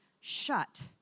shut